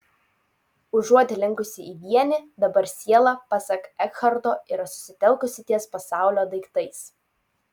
užuot linkusi į vienį dabar siela pasak ekharto yra susitelkusi ties pasaulio daiktais